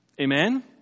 Amen